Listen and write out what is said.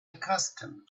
accustomed